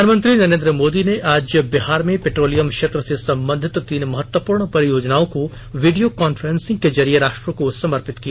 प्रधानमंत्री नरेन्द्र मोदी ने आज बिहार में पेट्रोलियम क्षेत्र से संबंधित तीन महत्वपूर्ण परियोजनाओं को वीडियो कांफ्रेंसिंग के जरिये राष्ट्र को समर्पित किया